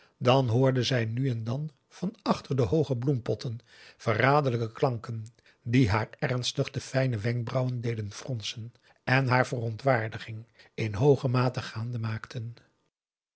dan hoorde zij nu en dan van achter de hooge bloempotten verraderlijke klanken die haar ernstig de fijne wenkbrauwen deden fronsen en haar verontwaardiging in hooge mate gaande maakten